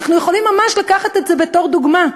ואנחנו יכולים ממש לקחת את זה בתור דוגמה.